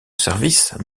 service